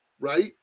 right